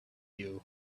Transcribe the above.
you